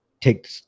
take